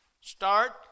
Start